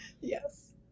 yes